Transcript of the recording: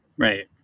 Right